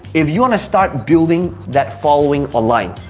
if you wanna start building that following online,